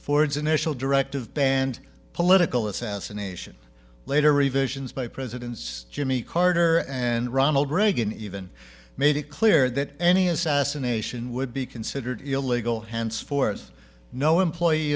ford's initial directive banned political assassination later revisions by presidents jimmy carter and ronald reagan even made it clear that any assassination would be considered illegal henceforth no employee